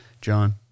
John